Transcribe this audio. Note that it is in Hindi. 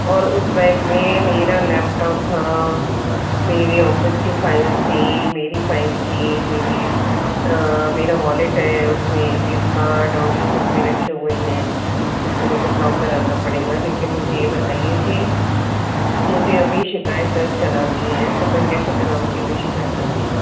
और उस बैग में मेरा लैपटॉप था मेरी ऑफ़िस की फ़ाइल थी मेरी फ़ाइल थी मेरी मेरा वॉलेट है उसमें ए टी एम कार्ड और ये सब भी रखे हुए हैं जिसको मेरे को ब्लॉक कराना पड़ेगा लेकिन मुझे ये बताइए कि मुझे अभी शिकायत दर्ज करानी है तो मैं कैसे कराऊंगी अभी शिकायत दर्ज